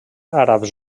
àrabs